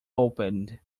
opened